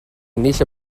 ennill